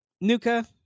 nuka